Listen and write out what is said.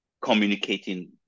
communicating